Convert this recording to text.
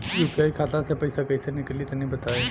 UPI खाता से पइसा कइसे निकली तनि बताई?